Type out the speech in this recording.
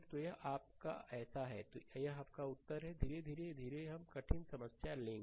तो यह आपका ऐसा है यह आपका उत्तर है धीरे धीरे और धीरे धीरे हम कठिन समस्या लेंगे